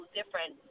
different